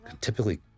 typically